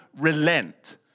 relent